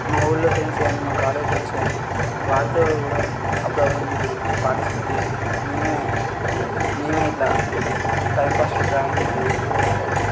మా ఊరిలో ఫ్రెండ్స్ కానీ మా కాలేజ్ ఫ్రెండ్స్ కానీ వారితో కూడా అప్పుడప్పుడు నేను పాటిస్పేట్ చేసి మేమే మేమే ఇట్లా టైంపాస్కు డ్రాయింగ్ వేసేది ఎందుకంటే